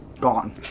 Gone